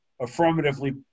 Affirmatively